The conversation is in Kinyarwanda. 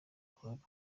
club